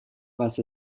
was